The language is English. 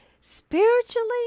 spiritually